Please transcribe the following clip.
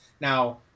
Now